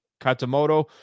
Katamoto